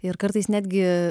ir kartais netgi